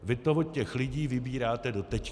Vy to od těch lidí vybíráte doteď.